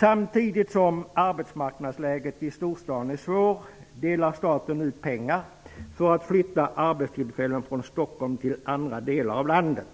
Samtidigt som arbetsmarknadsläget i storstaden är svårt delar staten ut pengar för att flytta arbetstillfällen från Stockholm till andra delar av landet.